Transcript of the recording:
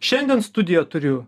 šiandien studijoj turiu